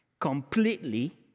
completely